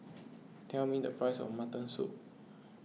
tell me the price of Mutton Soup